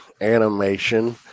animation